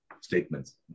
statements